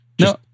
No